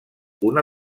una